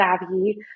savvy